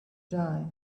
die